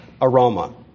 aroma